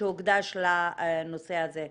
שהוקדש לנושא הזה?